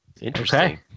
interesting